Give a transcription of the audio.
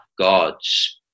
God's